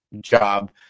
job